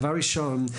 דבר ראשון,